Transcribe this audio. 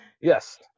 Yes